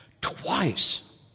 Twice